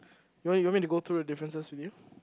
why you want me to go through the differences with you